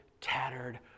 tattered